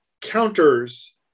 counters